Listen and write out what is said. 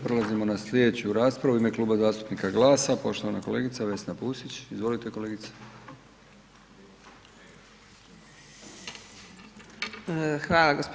Prelazimo na slijedeću raspravu, u ime Kluba zastupnika GLAS-a poštovana kolegica Vesna Pusić, izvolite kolegice.